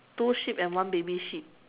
two sheep and one baby sheep